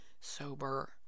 sober